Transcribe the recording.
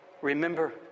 remember